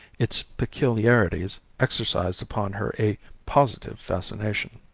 its peculiarities exercised upon her a positive fascination.